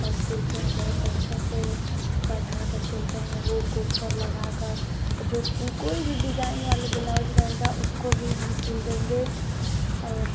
और सिलते हैं बहुत अच्छा से बैठा कर सिलते हैं हुक उक सब लगा कर जो कोई भी डिजाइन वाले बेलाउज रहेगा उसको भी हम सिल देंगे और